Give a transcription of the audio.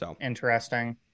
Interesting